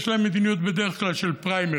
יש לה מדיניות בדרך כלל של פריימריז,